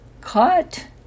cut